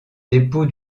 dépôts